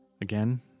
Again